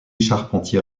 charpentier